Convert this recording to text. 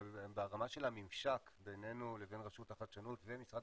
אבל ברמה של הממשק בינינו לבין רשות החדשנות ומשרד